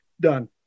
done